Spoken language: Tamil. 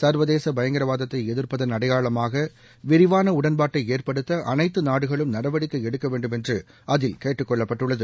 சர்வதேச பயங்கரவாதத்தை எதிர்ப்பதன் அடையாளமாக விரிவான உடன்பாட்டை ஏற்படுத்த அனைத்து நாடுகளும் நடவடிக்கை எடுக்க வேண்டும் என்று அதில் கேட்டுக் கொள்ளப்பட்டுள்ளது